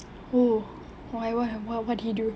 oh oh my what did he do